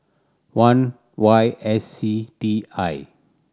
one Y S C T I